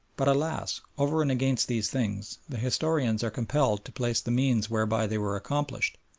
but alas! over and against these things the historians are compelled to place the means whereby they were accomplished,